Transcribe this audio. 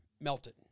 melted